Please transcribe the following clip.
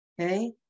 Okay